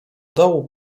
dołu